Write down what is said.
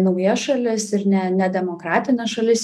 naujas šalis ir ne nedemokratines šalis